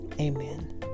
Amen